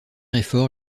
effort